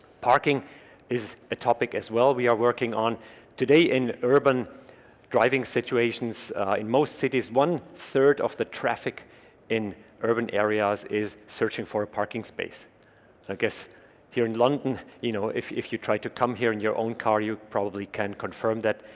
parking is a topic as well we are working on today in urban driving situations in most cities one-third of the traffic in urban areas is searching for a parking space i guess here in london you know if if you try to come here and your own car you probably can confirm that?